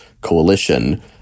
coalition